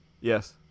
Yes